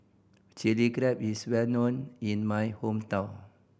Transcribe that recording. Chilli Crab is well known in my hometown